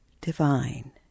divine